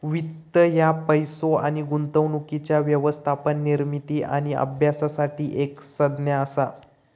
वित्त ह्या पैसो आणि गुंतवणुकीच्या व्यवस्थापन, निर्मिती आणि अभ्यासासाठी एक संज्ञा असा